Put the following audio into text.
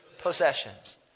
possessions